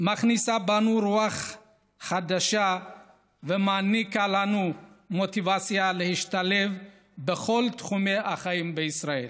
בנו רוח חדשה ומעניקה לנו מוטיבציה להשתלב בכל תחומי החיים בישראל.